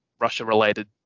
Russia-related